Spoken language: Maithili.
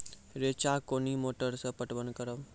रेचा कोनी मोटर सऽ पटवन करव?